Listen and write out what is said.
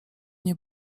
nie